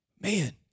Man